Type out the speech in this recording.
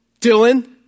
Dylan